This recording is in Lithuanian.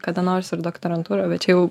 kada nors ir doktorantūrą bet čia jau